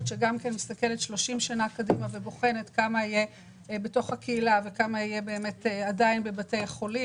שמסתכלת 30 שנים קדימה ובוחנת כמה יהיה בתוך הקהילה וכמה בבתי חולים,